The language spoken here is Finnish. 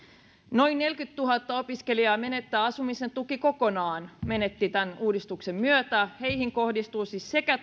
noin neljäkymmentätuhatta opiskelijaa menettää asumisen tuen kokonaan menetti tämän uudistuksen myötä heihin kohdistuvat siis sekä